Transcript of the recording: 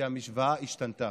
שהמשוואה השתנתה.